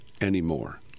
anymore